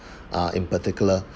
ah in particular